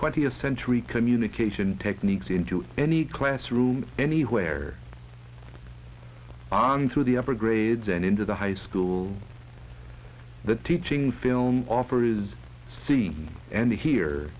twentieth century communication techniques into any classroom anywhere onto the upper grades and into the high school the teaching film offer is seen and hear